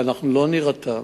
ואנו לא נירתע,